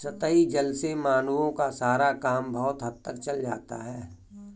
सतही जल से मानवों का सारा काम बहुत हद तक चल जाता है